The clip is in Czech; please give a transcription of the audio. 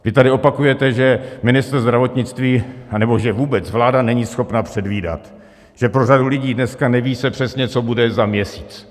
Vy tady opakujete, že ministr zdravotnictví, anebo že vůbec vláda není schopna předvídat, že pro řadu lidí se dneska přesně neví, co bude za měsíc.